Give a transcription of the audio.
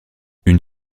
une